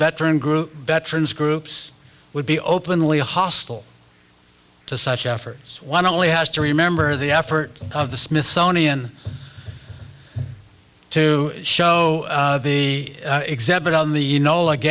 veteran group veterans groups would be openly hostile to such efforts one only has to remember the effort of the smithsonian to show the exhibit on the you know